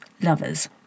lovers